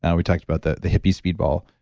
and we talked about the the hippie speedball,